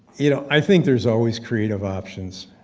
you know, i think there's always creative options,